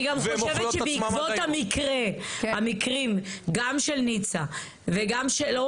אני גם חושבת שבעקבות המקרים גם של ניצה וגם שלו,